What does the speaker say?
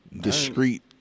discreet